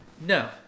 No